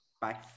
bye